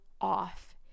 off